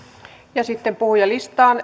ja sitten puhujalistaan